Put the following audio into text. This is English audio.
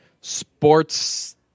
sports